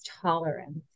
tolerance